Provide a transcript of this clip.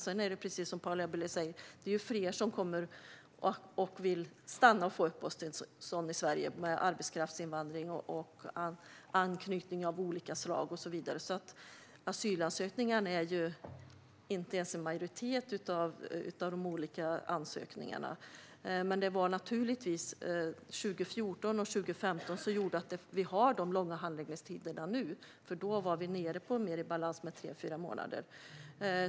Sedan är det precis som Paula Bieler säger: Det är fler som kommer, vill stanna och vill få uppehållstillstånd i Sverige genom arbetskraftsinvandring, anknytning av olika slag och så vidare. Asylansökningarna är inte ens en majoritet av de olika ansökningarna. Men det var naturligtvis antalet 2014 och 2015 som gjorde att vi nu har de långa handläggningstiderna. Vi var nere mer i balans på tre, fyra månader.